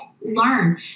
Learn